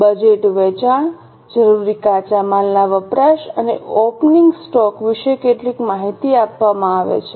budget વેચાણ જરૂરી કાચા માલના વપરાશ અને ઓપનિંગ સ્ટોક વિશે કેટલીક માહિતી આપવામાં આવે છે